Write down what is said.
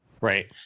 Right